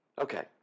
Okay